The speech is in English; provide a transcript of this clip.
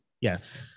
Yes